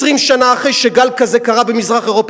20 שנה אחרי שגל כזה קרה במזרח-אירופה.